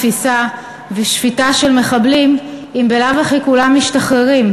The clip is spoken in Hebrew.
תפיסה ושפיטה של מחבלים אם בלאו הכי כולם משתחררים?